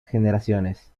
generaciones